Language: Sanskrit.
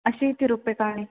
अशीतरूप्यकाणि